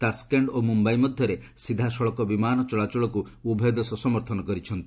Tashkent ଓ ମୁମ୍ବାଇ ମଧ୍ୟରେ ସିଧାସଳଖ ବିମାନ ଚଳାଚଳକୁ ଉଭୟ ଦେଶ ସମର୍ଥନ କରିଛନ୍ତି